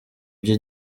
ibyo